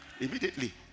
immediately